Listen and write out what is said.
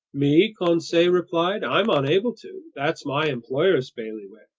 me? conseil replied. i'm unable to! that's my employer's bailiwick!